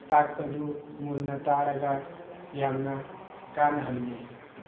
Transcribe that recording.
ꯇꯥꯛꯄꯗꯨ ꯃꯨꯟꯅ ꯇꯥꯔꯒ ꯌꯥꯝꯅ ꯀꯥꯟꯅꯍꯜꯂꯤ